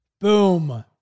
boom